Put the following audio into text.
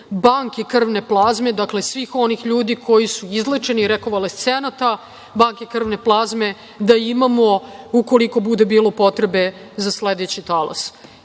banke krvne plazme, dakle, svih onih ljudi koji su izlečeni i rekovalescenata, banke krvne plazme, da imamo, ukoliko bude bilo potrebe, za sledeći talas.